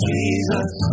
Jesus